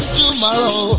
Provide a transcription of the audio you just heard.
tomorrow